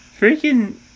freaking